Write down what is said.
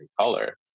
color